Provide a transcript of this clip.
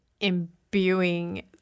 imbuing